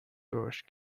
داشت